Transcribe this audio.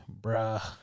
Bruh